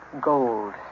gold